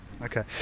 Okay